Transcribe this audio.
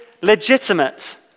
legitimate